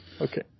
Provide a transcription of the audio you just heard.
okay